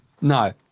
No